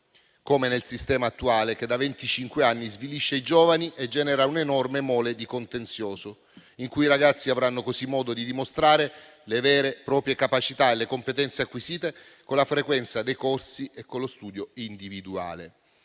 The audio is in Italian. come nel sistema attuale che da venticinque anni svilisce i giovani e genera un'enorme mole di contenzioso, in cui i ragazzi avranno così modo di dimostrare le loro vere capacità e le competenze acquisite con la frequenza dei corsi e con lo studio individuale.